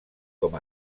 com